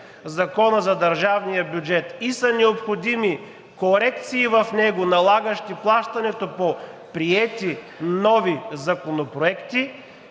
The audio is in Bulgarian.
Законът за държавния бюджет и са необходими корекции в него, налагащи плащането по приети нови законопроекти,